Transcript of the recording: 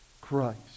Christ